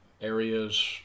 areas